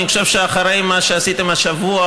אני חושב שאחרי מה שעשיתם השבוע,